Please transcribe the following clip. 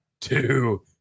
two